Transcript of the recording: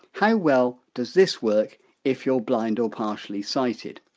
how well does this work if you're blind or partially sighted?